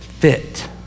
fit